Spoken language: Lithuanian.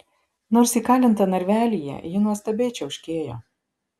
nors įkalinta narvelyje ji nuostabiai čiauškėjo